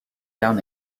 down